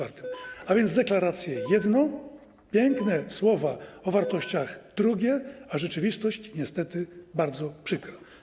A więc deklaracje - jedno, piękne słowa o wartościach - drugie, a rzeczywistość, niestety - bardzo przykra.